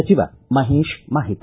ಸಚಿವ ಮಹೇಶ್ ಮಾಹಿತಿ